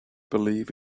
believe